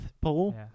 Paul